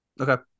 Okay